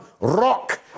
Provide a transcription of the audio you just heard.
rock